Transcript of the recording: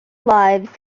lives